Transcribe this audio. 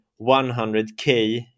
100k